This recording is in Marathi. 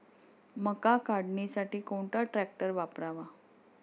मका काढणीसाठी कोणता ट्रॅक्टर वापरावा?